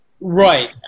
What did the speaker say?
right